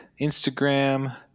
Instagram